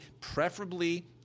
preferably